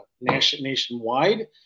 nationwide